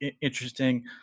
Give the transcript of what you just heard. interesting